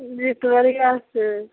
जित्वरिया से